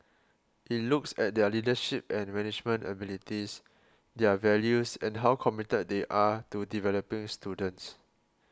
it looks at their leadership and management abilities their values and how committed they are to developing students